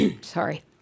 Sorry